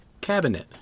cabinet